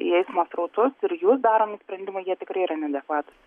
į eismo srautus ir jų daromi sprendimai jie tikrai yra neadekvatūs